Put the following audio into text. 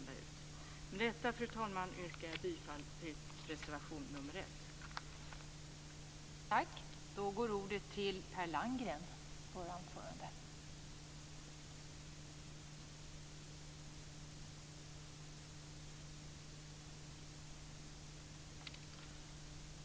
Med detta, fru talman, yrkar jag bifall till reservation nr 1.